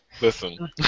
Listen